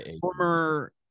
Former